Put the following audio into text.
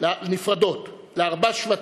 לארבעה שבטים,